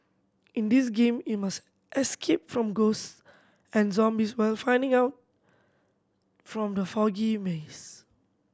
in this game you must escape from ghost and zombies while finding out from the foggy maze